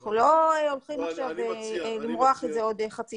אנחנו לא הולכים עכשיו למרוח את זה עוד חצי